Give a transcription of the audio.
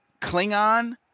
Klingon